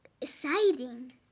exciting